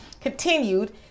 continued